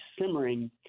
simmering